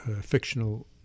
fictional